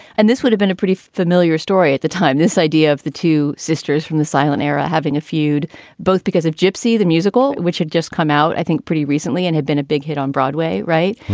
and this would have been a pretty familiar story at the time. this idea of the two sisters from the silent era having a feud both because of gypsy, the musical, which had just come out i think pretty recently and had been a big hit on broadway. right.